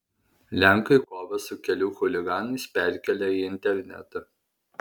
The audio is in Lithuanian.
lenkai kovą su kelių chuliganais perkelia į internetą